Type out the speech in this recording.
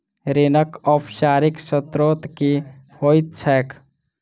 ऋणक औपचारिक स्त्रोत की होइत छैक?